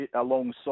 alongside